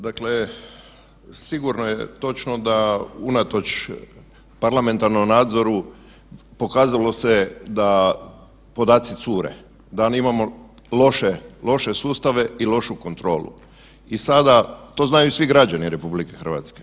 Dakle, sigurno je točno da unatoč parlamentarnom nadzoru pokazalo se da podaci cure, da mi imamo loše sustave i lošu kontrolu i sada to znaju svi građani RH.